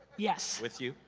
yes! with you?